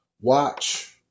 watch